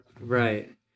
Right